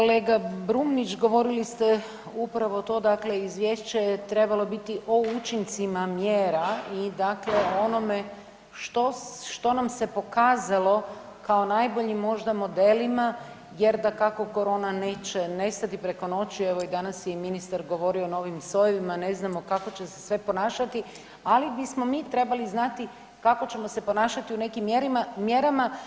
Kolega Brumnić, govorili ste upravo to dakle izvješće je trebalo biti o učincima mjera i o onome što nam se pokazalo kao najboljim možda modelima jer dakako korona neće nestati preko noći, evo i danas je ministar govorio o novim sojevima, ne znam kako će se sve ponašati, ali bismo mi trebali znati kako ćemo se ponašati u nekim mjerama.